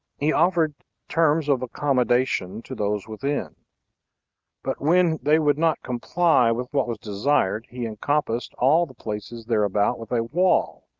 he offered terms of accommodation to those within but when they would not comply with what was desired, he encompassed all the places thereabout with a wall,